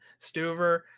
Stuver